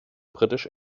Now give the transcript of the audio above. britisch